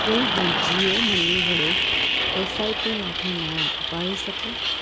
શું હું જીઓ મની વડે એસઆઈપીમાંથી નાણા ઉપાડી શકું